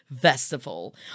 festival